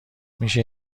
میشه